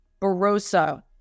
Barossa